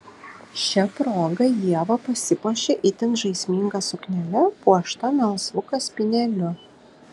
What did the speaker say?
šia proga ieva pasipuošė itin žaisminga suknele puošta melsvu kaspinėliu